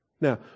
Now